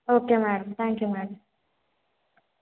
okay madam thank you madam